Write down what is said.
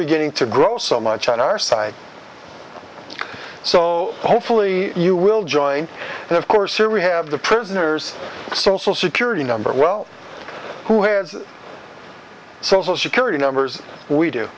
beginning to grow so much on our side so hopefully you will join and of course siri have the prisoners social security number well who has social security numbers we do